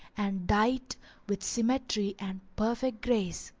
and dight with symmetry and perfect grace.